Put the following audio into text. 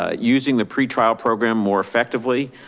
ah using the pre trial program more effectively.